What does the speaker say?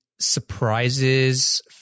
surprises